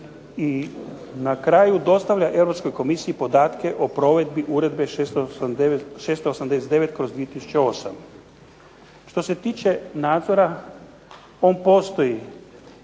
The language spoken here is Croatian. I na kraju, dostavlja Europskoj komisiji podatke o provedbi Uredbe 689/2008. Što se tiče nadzora on postoji.